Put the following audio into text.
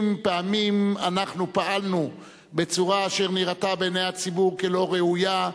אם פעמים אנחנו פעלנו בצורה אשר נראתה בעיני הציבור כלא ראויה,